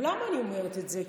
למה אני אומרת את זה?